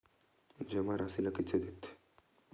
जमा राशि ला कइसे देखथे?